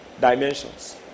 Dimensions